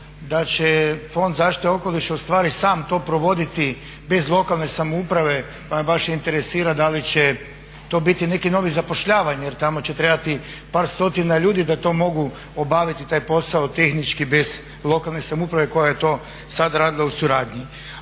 da će Fond za zaštitu okoliša sam to provoditi bez lokalne samouprave pa me baš interesira da li će to biti neko novo zapošljavanje jer tamo će trebati par stotina ljudi da to mogu obaviti taj posao tehnički bez lokalne samouprave koja je to sada radila u suradnji.